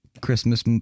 Christmas